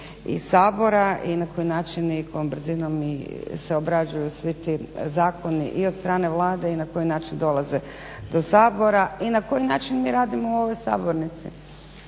i Sabora i na koji način i kojom brzinom se obrađuju svi ti zakoni i od strane Vlade i na koji način dolaze do Sabora i na koji način mi radimo u ovoj sabornici.